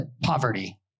poverty